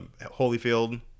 Holyfield